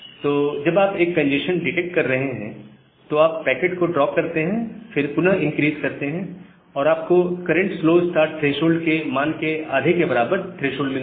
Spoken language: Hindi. तो जवाब जब आप एक कंजेस्शन डिटेक्ट कर रहे हैं तो आप पैकेट को ड्रॉप करते हैं फिर पुनः इनक्रीस करते हैं और आपको करंट स्लो स्टार्ट थ्रेशोल्ड के मान के आधे के बराबर थ्रेशोल्ड मिलता है